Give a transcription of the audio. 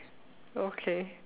okay